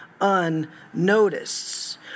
unnoticed